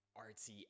artsy